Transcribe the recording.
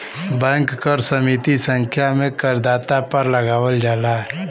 bank कर सीमित संख्या में करदाता पर लगावल जाला